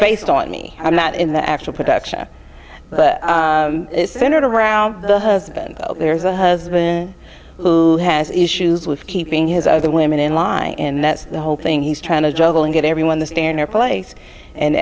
based on me i'm not in the actual production but it's centered around the husband there's a husband who has issues with keeping his other women in line and that's the whole thing he's trying to juggle and get everyone the stand your place and